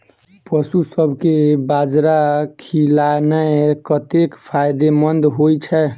पशुसभ केँ बाजरा खिलानै कतेक फायदेमंद होइ छै?